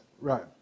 right